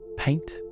Paint